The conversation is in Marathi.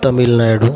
तमिलनाडू